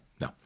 No